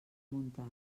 muntat